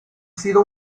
sido